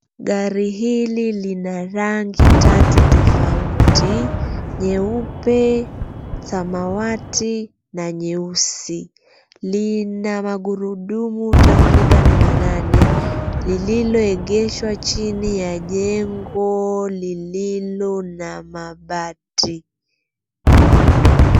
Gari hili lina rangi tatu tofauti: nyeupe, samawati na nyeusi lina magurudumu takriban manane lililogeshwa chini ya jengo lililo na mabati.